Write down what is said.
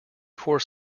core